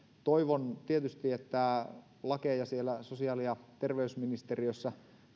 toivon tietysti että lakeja siellä sosiaali ja terveysministeriössä